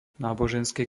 náboženský